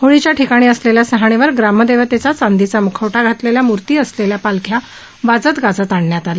होळीच्या ठिकाणी असलेल्या सहाणेवर ग्रामदेवतेच्या चांदीचा मुखवटा घातलेल्या मूर्ती असलेल्या पालख्या वाजत गाजत आणण्यात आल्या